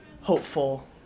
hopeful